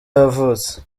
yavutse